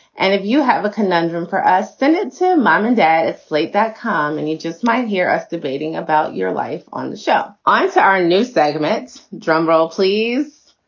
and if you have a conundrum for us. send it to mom and dad. slate that come and you just might hear us debating about your life on the show. onto our new segment. drum roll, please